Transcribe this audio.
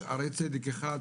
שערי צדק 1,